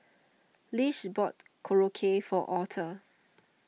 Lish bought Korokke for Aurthur